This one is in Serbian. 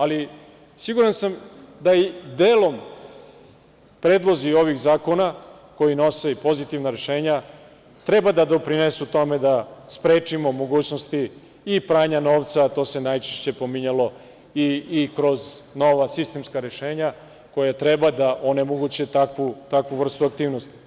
Ali, siguran dam da delom, predlozi ovih zakona koji nose i pozitivna rešenja, treba da doprinesu tome da sprečimo mogućnosti i pranja novca, a to se najčešće pominjalo kroz nova sistemska rešenja, koja treba da onemoguće takvu vrstu aktivnosti.